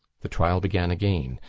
the trial began again.